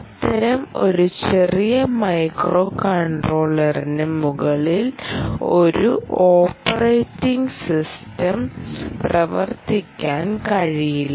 അത്തരം ഒരു ചെറിയ മൈക്രോകൺട്രോളറിന് മുകളിൽ ഒരു ഓപ്പറേറ്റിംഗ് സിസ്റ്റംപ്രവർത്തിക്കാൻ കഴിയില്ല